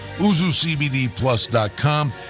UzuCBDPlus.com